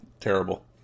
terrible